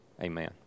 Amen